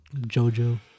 Jojo